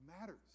matters